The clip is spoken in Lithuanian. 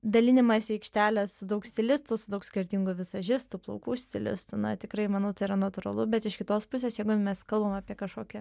dalinimąsi aikštelės su daug stilistų su daug skirtingų vizažistų plaukų stilistų na tikrai manau tai yra natūralu bet iš kitos pusės jeigu mes kalbam apie kažkokį